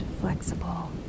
flexible